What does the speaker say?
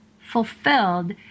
fulfilled